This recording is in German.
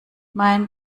mein